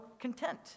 content